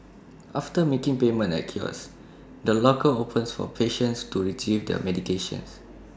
after making payment at A kiosk the locker opens for patients to Retrieve their medication